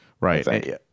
right